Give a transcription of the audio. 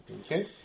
Okay